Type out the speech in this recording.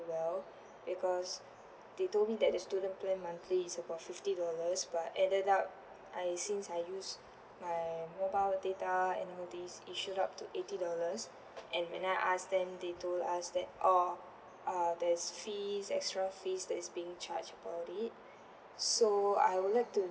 well because they told me that the student plan monthly is about fifty dollars but added up I since I use my mobile data and all these it shoot up to eighty dollars and when I asked them they told us that oh uh there's fees extra fees that is being charged for it so I would like to